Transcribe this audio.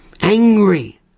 Angry